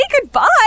goodbye